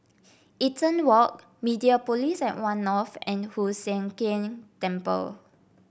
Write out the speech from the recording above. Eaton Walk Mediapolis at One North and Hoon Sian Keng Temple